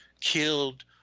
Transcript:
killed